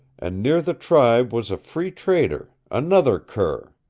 and near the tribe was a free trader, another cur.